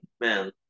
man